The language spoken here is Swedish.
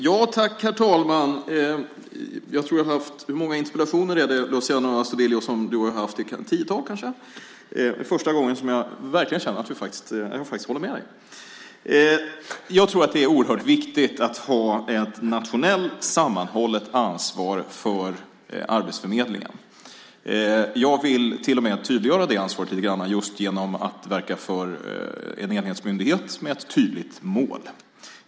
Herr talman! Hur många interpellationsdebatter har du och jag haft, Luciano Astudillo? Det är kanske ett tiotal. Det är första gången som jag verkligen känner att jag faktiskt håller med dig. Jag tror att det är oerhört viktigt att ha ett nationellt sammanhållet ansvar för arbetsförmedlingen. Jag vill till och med tydliggöra det ansvaret lite grann just genom att verka för en enhetsmyndighet med ett tydligt mål.